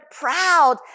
proud